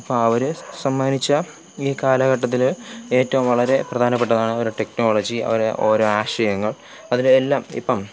അപ്പം അവർ സമ്മാനിച്ച ഈ കാലഘട്ടത്തിൽ ഏറ്റവും വളരെ പ്രധാനപ്പെട്ടതാണ് ഒരു ടെക്നോളജി അവർ ഓരോ ആശയങ്ങൾ അതിൽ എല്ലാം ഇപ്പം